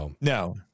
No